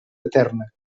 eterna